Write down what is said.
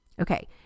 Okay